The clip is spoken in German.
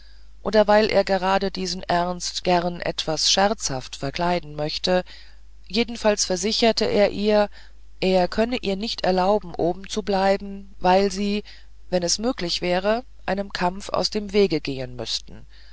oder weil er gerade diesen ernst gern etwas scherzhaft verkleiden möchte jedenfalls versicherte er ihr er könne ihr nicht erlauben oben zu bleiben weil sie wenn es möglich wäre einem kampf aus dem wege gehen müßten